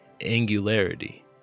angularity